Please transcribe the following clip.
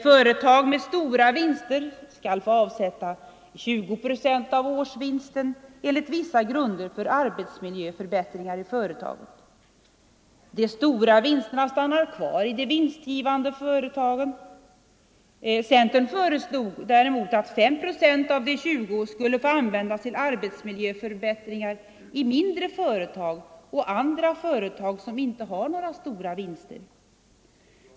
Företag med stora vinster skall få avsätta 20 procent av årsvinsten enligt vissa grunder för arbetsmiljöförbättringar i företaget. De stora vinsterna stannar kvar i de vinstgivande företagen. Centern föreslog däremot att 5 procent av de 20 procenten skulle få användas till arbetsmiljöförbättringar i mindre företag och andra företag som inte har några stora vinster.